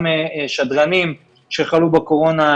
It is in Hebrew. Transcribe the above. גם שדרנים שחלו בקורונה,